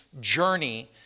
journey